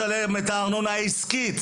ארנונה עסקית,